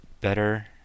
better